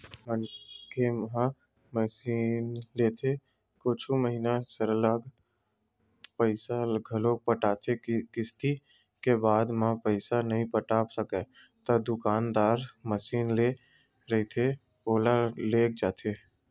मनखे ह मसीनलेथे कुछु महिना सरलग पइसा घलो पटाथे किस्ती के बाद म पइसा नइ पटा सकय ता दुकानदार मसीन दे रहिथे ओला लेग जाथे